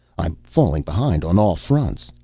i'm falling behind on all fronts.